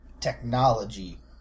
technology